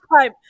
time